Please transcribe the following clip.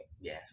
Yes